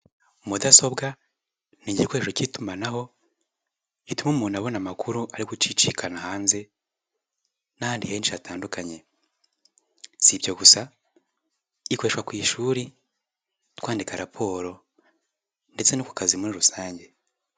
Mudasobwa ni igikoresho cy'itumanaho gituma umuntu abona amakuru ari gucicikana hanze n'ahandi henshi hatandukanye si ibyo gusa ikoreshwa ku ishuri twandika raporo ndetse no ku kazi muri rusange.